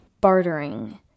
Bartering